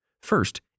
First